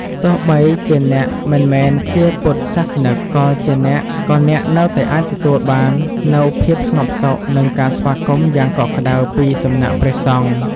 ទោះបីជាអ្នកមិនមែនជាពុទ្ធសាសនិក ក៏អ្នកនៅតែអាចទទួលបាននូវភាពស្ងប់សុខ និងការស្វាគមន៍យ៉ាងកក់ក្តៅពីសំណាក់ព្រះសង្ឃ។